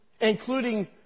including